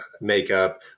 makeup